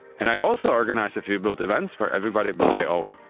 and i also organized a few build events, where everybody built their own.